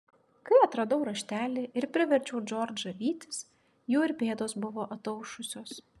kai atradau raštelį ir priverčiau džordžą vytis jų ir pėdos buvo ataušusios